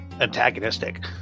antagonistic